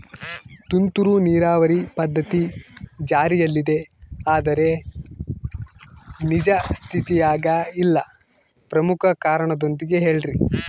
ತುಂತುರು ನೇರಾವರಿ ಪದ್ಧತಿ ಜಾರಿಯಲ್ಲಿದೆ ಆದರೆ ನಿಜ ಸ್ಥಿತಿಯಾಗ ಇಲ್ಲ ಪ್ರಮುಖ ಕಾರಣದೊಂದಿಗೆ ಹೇಳ್ರಿ?